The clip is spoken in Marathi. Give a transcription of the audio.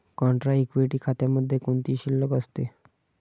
कॉन्ट्रा इक्विटी खात्यामध्ये कोणती शिल्लक असते?